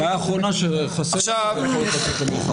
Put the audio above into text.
ראש ממשלה ושר ביטחון --- הבעיה האחרונה שחסר זה היכולת לצאת למלחמה.